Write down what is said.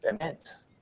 immense